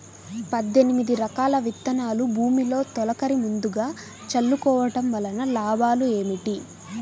పద్దెనిమిది రకాల విత్తనాలు భూమిలో తొలకరి ముందుగా చల్లుకోవటం వలన లాభాలు ఏమిటి?